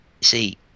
See